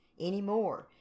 anymore